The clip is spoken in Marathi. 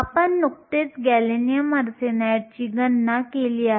आपण नुकतेच गॅलियम आर्सेनाइडची गणना केली आहे